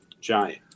Giant